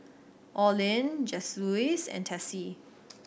Orlin Joseluis and Tessie